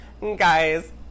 guys